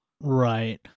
Right